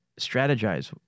strategize